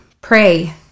Pray